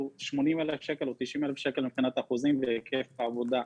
80,000 שקל או 90,000 שקל מבחינת אחוזים בהיקף העבודה.